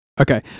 Okay